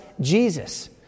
Jesus